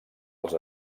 els